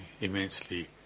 immensely